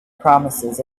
promises